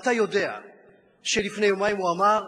אתה יודע שלפני יומיים הוא אמר: